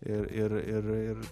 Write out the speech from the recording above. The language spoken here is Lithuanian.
ir ir ir ir